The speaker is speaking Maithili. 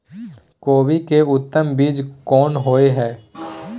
कोबी के उत्तम बीज कोन होय है?